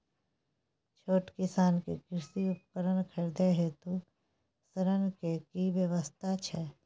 छोट किसान के कृषि उपकरण खरीदय हेतु ऋण के की व्यवस्था छै?